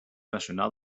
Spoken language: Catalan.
nacional